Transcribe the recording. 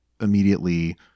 immediately